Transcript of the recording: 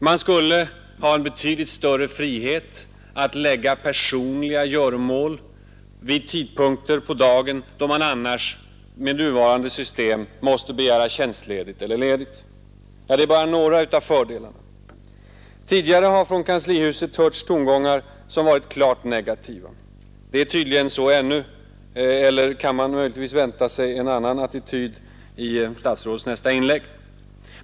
Man skulle ha en betydligt större frihet att förlägga personliga göromål till tidpunkter på dagen då man annars, med nuvarande system, måste begära tjänstledighet. Det är bara några av fördelarna. Tidigare har från kanslihuset hörts tongångar som har varit klart negativa. Det är tydligen så ännu, eller kan man möjligtvis vänta sig en annan attityd i statsrådets nästa inlägg?